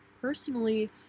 personally